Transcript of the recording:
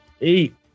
eight